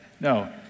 no